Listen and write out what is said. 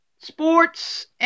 sports